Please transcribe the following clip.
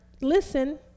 listen